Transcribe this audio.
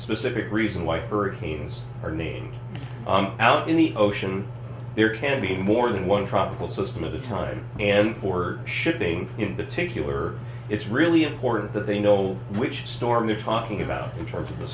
specific reason why hurricanes are named out in the ocean there can be more than one tropical system of the time and for shipping in particular it's really important that they know which storm they're talking about in terms of the